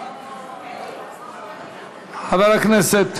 חבר הכנסת